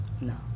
No